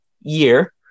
year